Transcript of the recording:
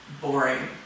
boring